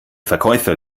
verkäufer